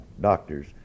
doctors